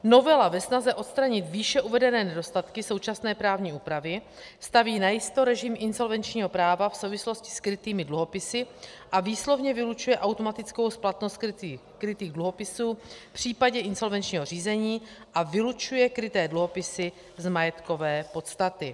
Novela ve snaze odstranit výše uvedené nedostatky současné právní úpravy staví najisto režim insolvenčního práva v souvislosti s krytými dluhopisy a výslovně vylučuje automatickou splatnost krytých dluhopisů v případě insolvenčního řízení a vylučuje kryté dluhopisy z majetkové podstaty.